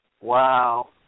Wow